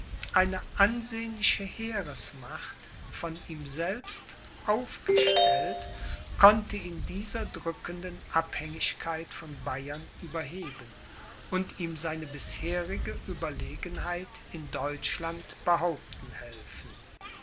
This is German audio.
eine ansehnliche heeresmacht von ihm selbst aufgestellt konnte ihn dieser drückenden abhängigkeit von bayern überheben und ihm seine bisherige ueberlegenheit in deutschland behaupten helfen